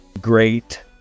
great